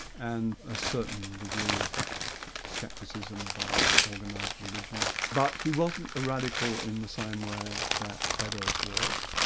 and a certain degree of scepticism about organised religion. but he wasn't the radical in the same way that beddoes was,